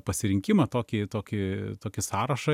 pasirinkimą tokį tokį tokį sąrašą